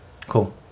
Cool